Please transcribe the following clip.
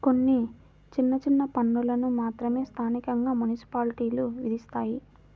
కొన్ని చిన్న చిన్న పన్నులను మాత్రమే స్థానికంగా మున్సిపాలిటీలు విధిస్తాయి